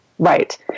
Right